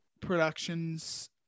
productions